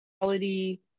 quality